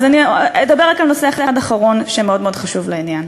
אז אני אדבר רק על נושא אחד אחרון שמאוד מאוד חשוב לעניין,